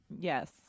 yes